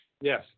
Yes